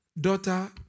daughter